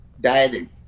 dieting